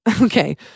Okay